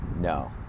no